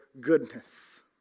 goodness